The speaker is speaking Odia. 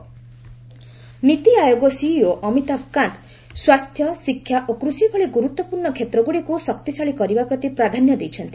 ନୀତି ଆୟୋଗ ନୀତି ଆୟୋଗ ସିଇଓ ଅମିତାଭ୍ କାନ୍ତ୍ ସ୍ୱାସ୍ଥ୍ୟ ଶିକ୍ଷା ଓ କୃଷି ଭଳି ଗୁରୁତ୍ୱପୂର୍୍ଣ୍ଣ କ୍ଷେତ୍ରଗୁଡ଼ିକୁ ଶକ୍ତିଶାଳୀ କରିବା ପ୍ରତି ପ୍ରାଧାନ୍ୟ ଦେଇଛନ୍ତି